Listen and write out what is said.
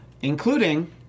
including